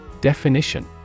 Definition